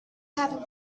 having